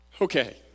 Okay